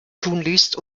tunlichst